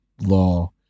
law